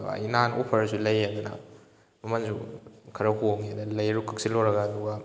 ꯑꯗꯣ ꯑꯩ ꯅꯍꯥꯟ ꯑꯣꯐꯔꯁꯨ ꯂꯩꯌꯦꯗꯅ ꯃꯃꯟꯁꯨ ꯈꯔ ꯍꯣꯡꯉꯦꯗꯅ ꯂꯩꯔꯨ ꯀꯛꯁꯤꯜꯂꯨꯔꯒ ꯑꯗꯨꯒ